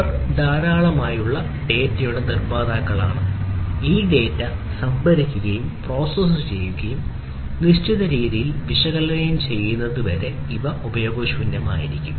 അവർ ധാരാളം ഡാറ്റയുടെ നിർമ്മാതാക്കളാണ് ഈ ഡാറ്റ സംഭരിക്കുകയും പ്രോസസ്സ് ചെയ്യുകയും നിശ്ചിത രീതിയിൽ വിശകലനം ചെയ്യുകയും ചെയ്യുന്നതുവരെ ഉപയോഗശൂന്യമായിരിക്കും